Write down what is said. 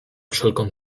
wszelką